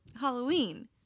halloween